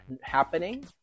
happening